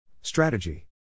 Strategy